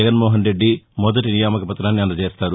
జగన్మోహన్రెడ్డి మొదటీ నియామక పతాన్ని అందజేస్తారు